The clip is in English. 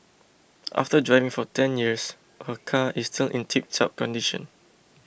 after driving for ten years her car is still in tiptop condition